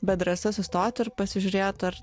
bet drąsa sustoti ir pasižiūrėt ar